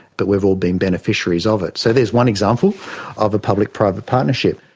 but we have all been beneficiaries of it. so there's one example of a public private partnership.